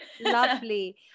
lovely